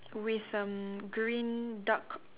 with um green duck